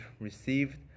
received